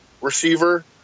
receiver